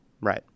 Right